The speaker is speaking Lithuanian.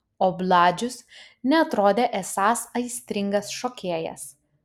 o bladžius neatrodė esąs aistringas šokėjas